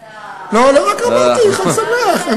אתה, לא, רק אמרתי חג שמח.